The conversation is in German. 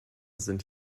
sind